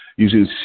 Using